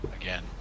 again